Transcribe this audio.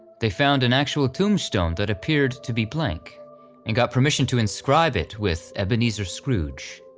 they found an actual tombstone that appeared to be blank and got permission to inscribe it with ebenezer scrooge.